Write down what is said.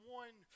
one